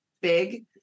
big